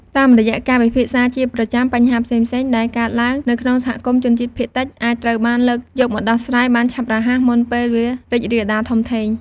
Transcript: តាមរយៈការពិភាក្សាជាប្រចាំ បញ្ហាផ្សេងៗដែលកើតឡើងនៅក្នុងសហគមន៍ជនជាតិភាគតិច អាចត្រូវបានលើកយកមកដោះស្រាយបានឆាប់រហ័ស មុនពេលវារីករាលដាលធំធេង។